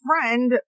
friend